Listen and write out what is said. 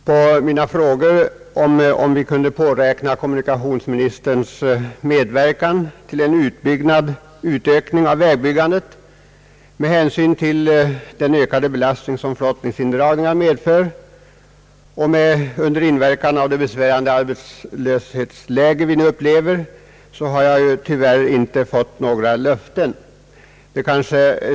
På mina frågor om vi kunde påräkna kommunikationsministerns medverkan till en utökning av vägbyggandet med hänsyn till den ökade belastning som flottningsindragningar medför, med hänsyn även tagen till det besvärande arbetslöshetsläge som vi nu upplever, har jag tyvärr inte fått ett svar som inger löften.